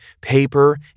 paper